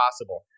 possible